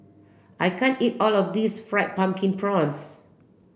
I can't eat all of this fried pumpkin prawns